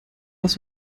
dass